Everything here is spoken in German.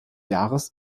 jahres